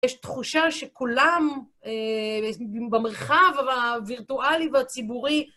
יש תחושה שכולם, במרחב הווירטואלי והציבורי,